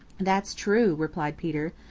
that's true, replied peter,